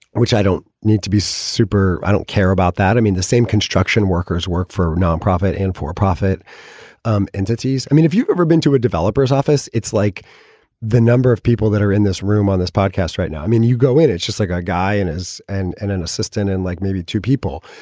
which i don't need to be super. i don't care about that. i mean, the same construction workers work for nonprofit and for profit um entities. i mean, if you've ever been to a developer's office, it's like the number of people that are in this room on this podcast right now. i mean, you go in, it's just like a guy and as and an an assistant and like maybe two people,